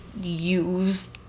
use